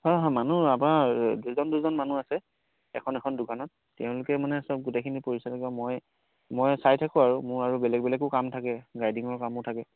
হয় হয় মানুহ আমাৰ দুজন দুজন মানুহ আছে এখন এখন দোকানত তেওঁলোকে মানে সব গোটেইখিনি পৰিচালিত মই মই চাই থাকোঁ আৰু মোৰ আৰু বেলেগ বেলেগো কাম থাকে ৰাইডিঙৰ কামো থাকে